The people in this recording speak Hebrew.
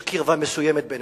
יש קרבה מסוימת בינינו,